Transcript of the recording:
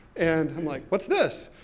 and i'm like, what's this?